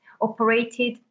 operated